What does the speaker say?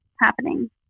happening